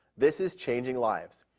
this is changing lives.